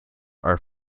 are